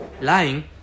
lying